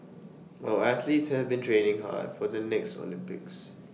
our athletes having been training hard for the next Olympics